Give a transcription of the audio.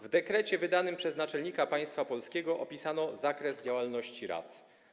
W dekrecie wydanym przez naczelnika państwa polskiego opisano zakres działalności rad.